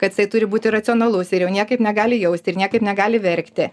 kad jisai turi būti racionalus ir jau niekaip negali jausti ir niekaip negali verkti